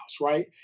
right